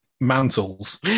mantles